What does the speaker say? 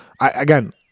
again